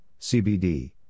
CBD